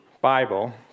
Bible